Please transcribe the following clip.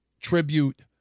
tribute